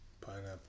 Pineapple